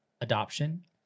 adoption